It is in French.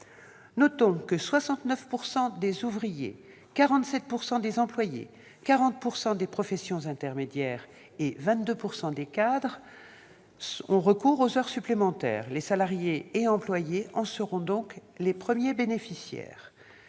Notons que 69 % des ouvriers, 47 % des employés, 40 % des professions intermédiaires et 22 % des cadres ont recours aux heures supplémentaires. Les salariés et employés en seront donc les premiers bénéficiaires.